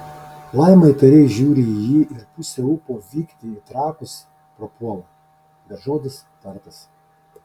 laima įtariai žiūri į jį ir pusė ūpo vykti į trakus prapuola bet žodis tartas